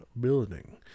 building